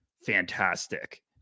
fantastic